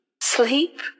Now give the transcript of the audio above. Sleep